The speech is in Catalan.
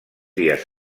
dies